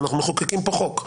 אבל אנחנו מחוקקים פה חוק.